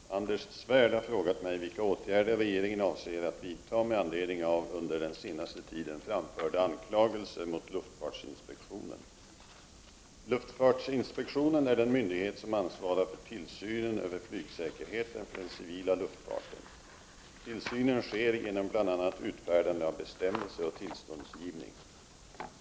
Fru talman! Anders Svärd har frågat mig vilka åtgärder regeringen avser att vidta med anledning av under den senaste tiden framförda anklagelser mot luftfartsinspektionen. Luftfartsinspektionen är den myndighet som ansvarar för tillsynen över flygsäkerheten för den civila luftfarten. Tillsynen sker genom bl.a. utfär dande av bestämmelser och tillståndsgivning.